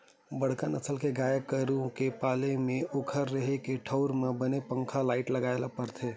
बड़का नसल के गाय गरू के पाले म ओखर रेहे के ठउर म बने पंखा, लाईट लगाए ल परथे